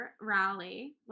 rally